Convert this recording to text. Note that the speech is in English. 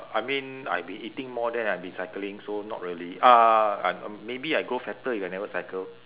I mean I've been eating more than I've been cycling so not really ah and maybe I grow fatter if I never cycle